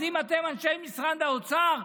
אז אם אתם, אנשי משרד האוצר,